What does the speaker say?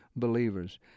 believers